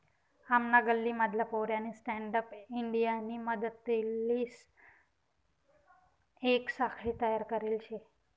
आमना गल्ली मधला पोऱ्यानी स्टँडअप इंडियानी मदतलीसन येक साखळी तयार करले शे